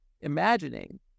imagining